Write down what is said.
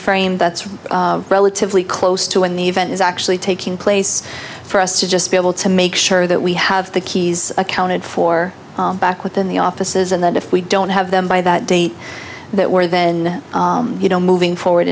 frame that's relatively close to when the event is actually taking place for us to just be able to make sure that we have the keys accounted for back within the offices and then if we don't have them by that date that we're then you know moving forward